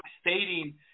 stating